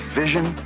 vision